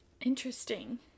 Interesting